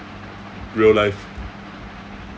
real life